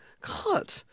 God